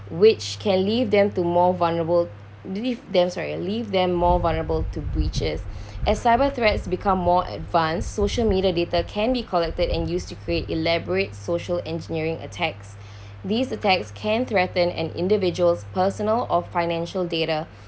which can leave them to more vulnerable leave them sorry leave them more vulnerable to breaches as cyber threats become more advanced social media data can be collected and used to create elaborate social engineering attacks these attacks can threaten an individual's personal or financial data